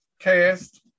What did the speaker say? cast